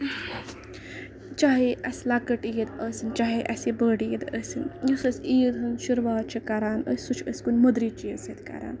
چاہے اَسہِ لۄکٕٹ عیٖد ٲسنۍ چاہے اَسہِ یہِ بٔڑ عیٖد ٲسنۍ یُس أسۍ عیٖد ہُند شُروٗعات چھِ کران سُہ چھِ أسۍ کُنہِ مٔدرِ چیٖز سۭتۍ کران